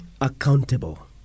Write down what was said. accountable